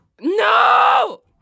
No